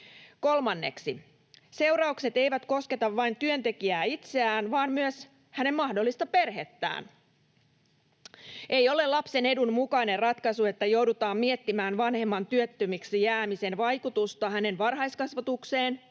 Kolmanneksi: Seuraukset eivät kosketa vain työntekijää itseään, vaan myös hänen mahdollista perhettään. Ei ole lapsen edun mukainen ratkaisu, että joudutaan miettimään vanhemman työttömäksi jäämisen vaikutusta hänen varhaiskasvatukseen,